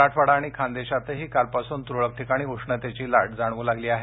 मराठवाडा आणि खानदेशातही कालपासून तुरळक ठिकाणी उष्णतेची लाट जाणवू लागली आहे